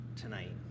tonight